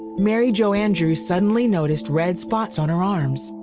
mary jo andrews suddenly noticed red spots on her arms